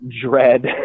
dread